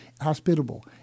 hospitable